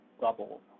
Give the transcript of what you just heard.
double